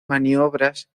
maniobras